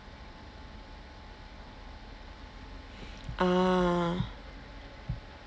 ah